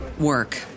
work